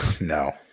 No